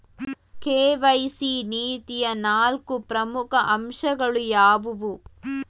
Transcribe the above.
KYC ನೀತಿಯ ನಾಲ್ಕು ಪ್ರಮುಖ ಅಂಶಗಳು ಯಾವುವು?